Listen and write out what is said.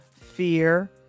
fear